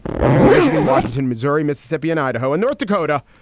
luckily, michigan, washington, missouri, mississippi and idaho and north dakota,